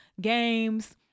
games